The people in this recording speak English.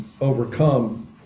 overcome